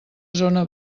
zona